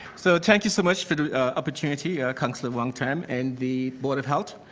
so thank you so much for the opportunity councillor wong-tam and the board of health.